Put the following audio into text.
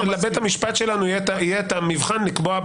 שלבית המשפט שלנו יהיה את המבחן לקבוע.